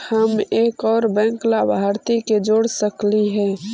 हम एक और बैंक लाभार्थी के जोड़ सकली हे?